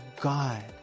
God